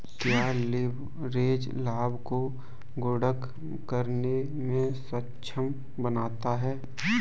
क्या लिवरेज लाभ को गुणक करने में सक्षम बनाता है?